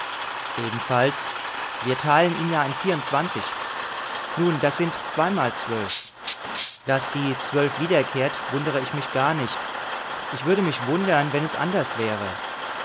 wir teilen ihn ja in vierundzwanzig nun das sind zweimal zwölf daß die zwölf wiederkehrt wundere ich mich gar nicht ich würde mich wundern wenn es anders wäre